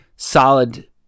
Solid